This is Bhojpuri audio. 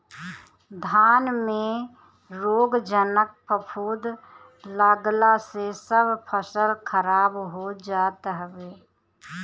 धान में रोगजनक फफूंद लागला से सब फसल खराब हो जात हवे